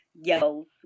yells